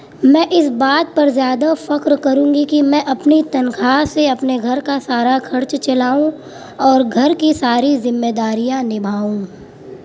میں اس بات پر زیادہ فخر کروں گی کہ میں اپنی تنخواہ سے اپنے گھر کا سارا خرچ چلاؤں اور گھر کی ساری ذمہ داریاں نبھاؤں